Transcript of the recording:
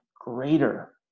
greater